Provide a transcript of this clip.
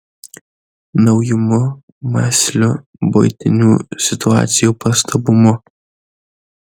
naujumu mąsliu buitinių situacijų pastabumu